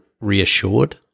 reassured